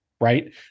right